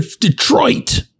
Detroit